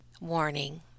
Warning